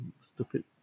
stupid